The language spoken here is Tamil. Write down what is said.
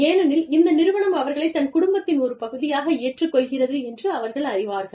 ஏனெனில் இந்த நிறுவனம் அவர்களை தன் குடும்பத்தின் ஒரு பகுதியாக ஏற்றுக் கொள்கிறது என்று அவர்கள் அறிவார்கள்